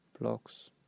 blocks